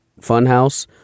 funhouse